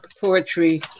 poetry